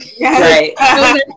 Right